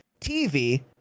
TV